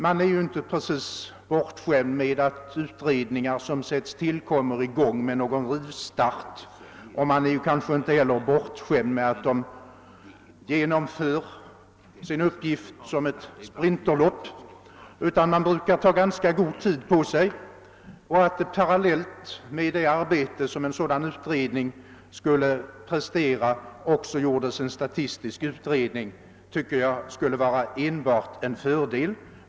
Man är inte precis bortskämd med att utredningar som sätts till kommer i gång med någon rivstart, och man är kanske inte heller bortskämd med att de genomför sin uppgift som ett sprinterlopp, utan de brukar ta ganska god tid på sig. Att det parallellt med det arbete som en sådan utredning skulle prestera också göres en statistisk utredning skulle vara enbart en fördel.